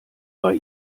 bei